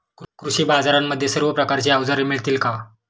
कृषी बाजारांमध्ये सर्व प्रकारची अवजारे मिळतील का?